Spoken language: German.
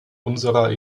unserer